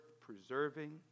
preserving